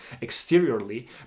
exteriorly